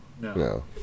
no